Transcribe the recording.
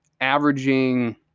averaging